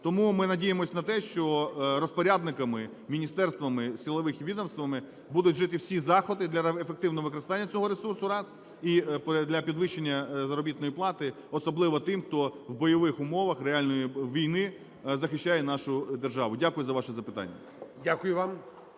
Тому ми надіємося на те, що розпорядниками – міністерствами, силовими відомствами будуть вжиті всі заходи для ефективного використання цього ресурсу – раз і для підвищення заробітної плати, особливо тим, хто в бойовим умовах реальної війни захищає нашу державу. Дякую за ваше запитання.